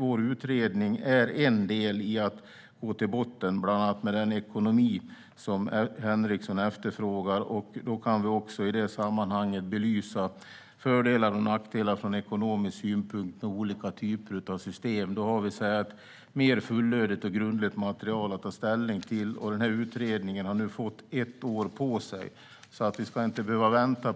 Vår utredning är en del i att gå till botten med ekonomin, bland annat med det som Henriksson efterfrågar. Då kan vi också från ekonomisk synpunkt belysa fördelar och nackdelar med olika typer av system. Då har vi ett mer fullödigt och grundligt material att ta ställning till. Utredningen har nu fått ett år på sig, så vi ska inte behöva vänta